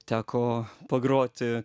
teko pagroti